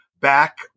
back